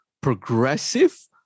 progressive